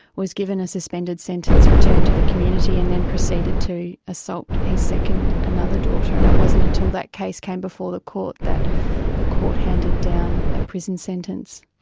was given a suspended sentence, returned to the community and then proceeded to assault his second, another daughter, and it wasn't until that case came before the court that the court handed down a prison sentence.